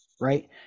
right